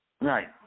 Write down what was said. Right